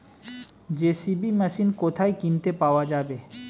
JCB machine কোথায় কিনতে পাওয়া যাবে?